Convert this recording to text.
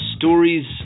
stories